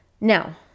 Now